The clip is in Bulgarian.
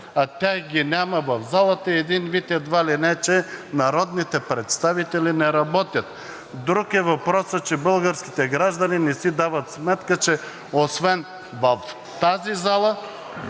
а тях ги няма в залата, и един вид едва ли не, че народните представители не работят. Друг е въпросът, че българските граждани не си дават сметка, че освен в тази зала,